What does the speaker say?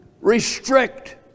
restrict